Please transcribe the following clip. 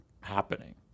happening